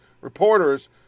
reporters